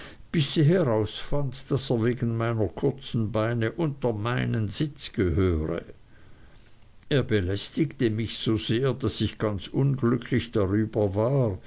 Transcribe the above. daß er wegen meiner kurzen beine unter meinen sitz gehöre er belästigte mich so sehr daß ich ganz unglücklich darüber war